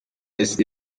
ist